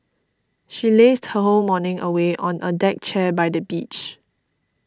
she lazed her whole morning away on a deck chair by the beach